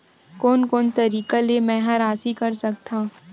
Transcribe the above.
कोन कोन तरीका ले मै ह राशि कर सकथव?